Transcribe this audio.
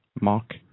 Mark